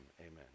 amen